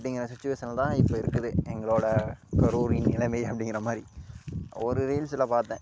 அப்படிங்கிற சுச்சுவேஷனில் தான் இப்போ இருக்குது எங்களோடய கரூரின் நிலைமை அப்படிங்கிற மாதிரி ஒரு ரீல்ஸுல் பார்த்தேன்